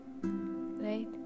right